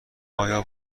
آیا